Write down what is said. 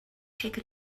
take